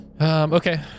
Okay